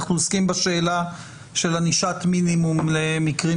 אנחנו עוסקים בשאלה של ענישת מינימום למקרים